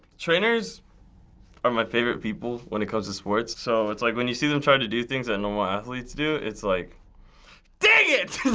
trainers are my favorite people when it comes to sports, so like when you see them trying to do things that normal athletes do, it's like dang it! it's